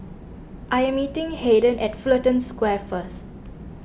I am meeting Haiden at Fullerton Square first